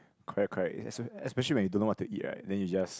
correct correct it's es~ especially when you don't know what to eat right then you just